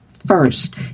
First